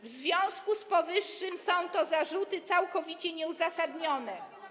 W związku z powyższym są to zarzuty całkowicie nieuzasadnione.